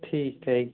ਠੀਕ ਹੈ ਜੀ